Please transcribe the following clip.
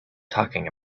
talking